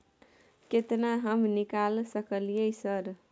केतना हम निकाल सकलियै सर?